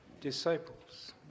disciples